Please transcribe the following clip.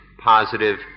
positive